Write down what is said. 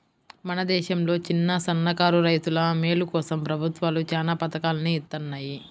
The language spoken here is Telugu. మన దేశంలో చిన్నసన్నకారు రైతుల మేలు కోసం ప్రభుత్వాలు చానా పథకాల్ని ఇత్తన్నాయి